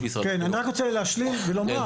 אני רק רוצה להשלים ולומר